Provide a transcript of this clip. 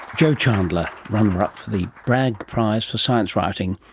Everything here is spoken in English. jo chandler, runner-up for the bragg prize for science writing,